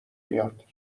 میاد